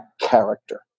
character